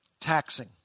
taxing